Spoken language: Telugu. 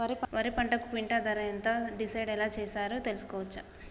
వరి పంటకు క్వింటా ధర ఎంత డిసైడ్ ఎలా చేశారు తెలుసుకోవచ్చా?